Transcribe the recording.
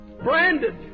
branded